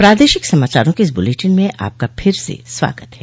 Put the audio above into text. प्रादेशिक समाचारों के इस बुलेटिन में आपका फिर से स्वागत है